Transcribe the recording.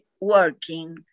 working